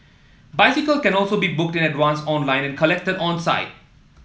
bicycle can also be booked in advance online and collected on site